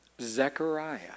Zechariah